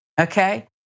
Okay